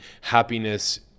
happiness